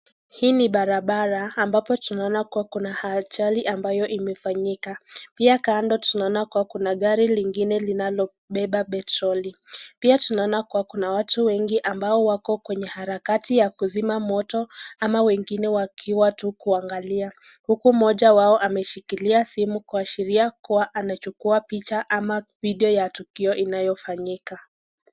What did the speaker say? Hii ni barabara ambapo tunaona kuwa kuna ajali ambayo imefanyika, pia kando tunaona kuwa kuna gari lingine linalobeba petroli, pia tunaona kuwa kuna watu wengi ambao kwenye harakati ya kuzima moto ama wengine wakiwa tu wakiangalia, huku mmoja wao ameshikilia simu kuashiria kuwa anachukuwa picha ama video ya tukio inayofanyika.